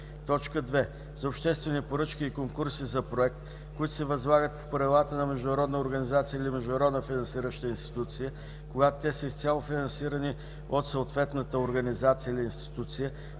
2. за обществени поръчки и конкурси за проект, които се възлагат по правилата на международна организация или международна финансираща институция, когато те са изцяло финансирани от съответната организация или институция;